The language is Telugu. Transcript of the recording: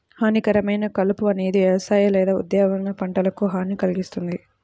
హానికరమైన కలుపు అనేది వ్యవసాయ లేదా ఉద్యానవన పంటలకు హాని కల్గిస్తుంది